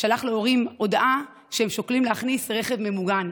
שלח להורים הודעה שהם שוקלים להכניס רכב ממוגן.